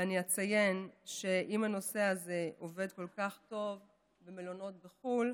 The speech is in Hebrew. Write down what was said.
ואני אציין שאם הנושא הזה עובד כל כך טוב במלונות בחו"ל,